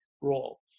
role